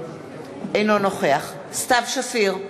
אינו נוכח סתיו שפיר,